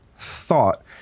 thought